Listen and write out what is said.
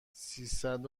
سیصد